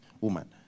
woman